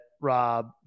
Rob